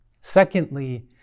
secondly